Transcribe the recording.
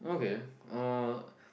okay uh